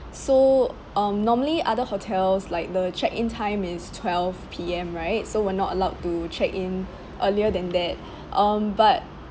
so um normally other hotels like the check in time is twelve P_M right so we're not allowed to check in earlier than that um but